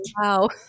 wow